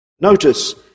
Notice